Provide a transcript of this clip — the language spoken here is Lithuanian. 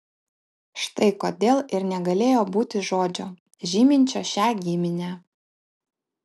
štai kodėl ir negalėjo būti žodžio žyminčio šią giminę